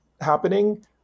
happening